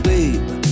Babe